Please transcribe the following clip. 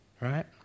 Right